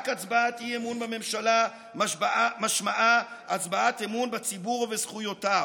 רק הצבעת אי-אמון בממשלה משמעה הצבעת אמון בציבור ובזכויותיו,